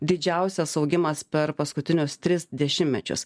didžiausias augimas per paskutinius tris dešimtmečius